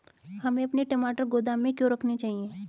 हमें अपने टमाटर गोदाम में क्यों रखने चाहिए?